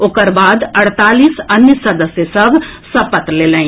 ओकर बाद अड़तालीस अन्य सदस्य सभ सपत लेलनि